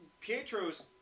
Pietro's